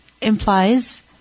implies